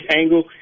angle